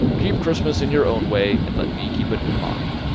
keep christmas in your own way, and let me keep it in mine.